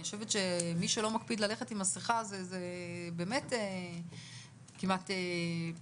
אני חושבת שמי שלא מקפיד ללכת עם מסכה זה באמת כמעט --- אגב,